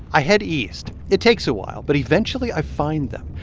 i head east. it takes a while, but eventually i find them.